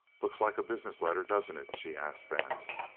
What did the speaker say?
looks like a business letter, doesn't it? she asked vance.